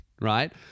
Right